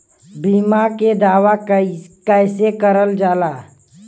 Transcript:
बीमा के दावा कैसे करल जाला?